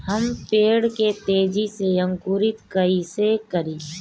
हम पेड़ के तेजी से अंकुरित कईसे करि?